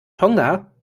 tonga